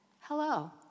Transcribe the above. Hello